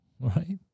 Right